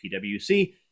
PwC